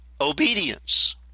obedience